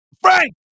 Frank